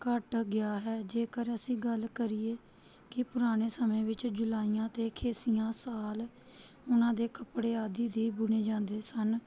ਘੱਟ ਗਿਆ ਹੈ ਜੇਕਰ ਅਸੀਂ ਗੱਲ ਕਰੀਏ ਕਿ ਪੁਰਾਣੇ ਸਮੇਂ ਵਿੱਚ ਜੁਲਾਹੀਆਂ ਅਤੇ ਖੇਸੀਆਂ ਸਾਲ ਉਨ੍ਹਾਂ ਦੇ ਕੱਪੜੇ ਆਦਿ ਦੇ ਬੁਣੇ ਜਾਂਦੇ ਸਨ